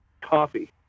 coffee